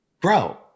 bro